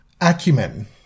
acumen